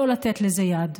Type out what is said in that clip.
לא לתת לזה יד.